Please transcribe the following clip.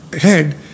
head